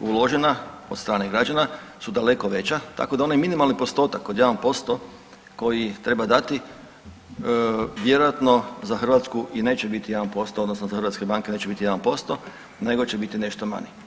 uložena od strane građana su daleko veća, tako da onaj minimalni postotak od 1% koji treba dati, vjerojatno za Hrvatsku i neće biti 1%, odnosno za hrvatske banke neće biti 1% nego će biti nešto manji.